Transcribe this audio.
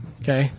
Okay